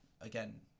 again